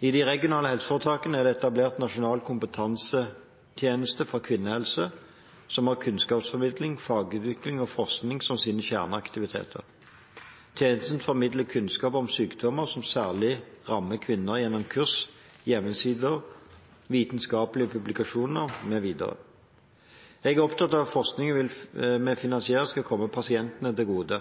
I de regionale helseforetakene er det etablert Nasjonal kompetansetjeneste for kvinnehelse, som har kunnskapsformidling, fagutvikling og forskning som sine kjerneaktiviteter. Tjenesten formidler kunnskap om sykdommer som særlig rammer kvinner, gjennom kurs, hjemmesider, vitenskapelige publikasjoner mv. Jeg er opptatt av at forskningen vi finansierer, skal komme pasientene til gode.